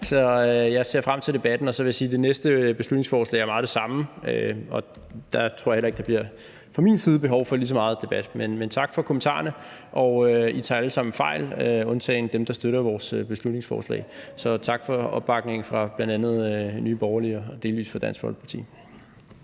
Så jeg ser frem til debatten. Og så vil jeg sige, at det næste beslutningsforslag er meget af det samme, og der tror jeg heller ikke, at der fra min side bliver behov for lige så meget debat. Men tak for kommentarerne, og I tager alle sammen fejl, undtagen dem, der støtter vores beslutningsforslag. Så tak for opbakningen fra bl.a. Nye Borgerlige og delvis fra Dansk Folkeparti.